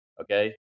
Okay